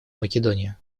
македония